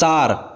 चार